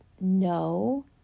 no